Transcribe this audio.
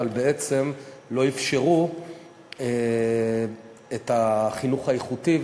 אבל בעצם לא אפשרו את החינוך האיכותי.